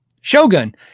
shogun